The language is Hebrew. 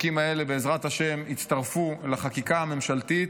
החוקים האלה, בעזרת השם, יצטרפו לחקיקה הממשלתית.